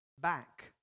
back